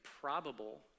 probable